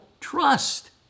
trust